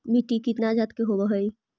मिट्टी कितना जात के होब हय?